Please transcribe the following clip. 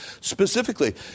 specifically